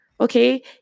okay